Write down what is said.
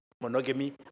monogamy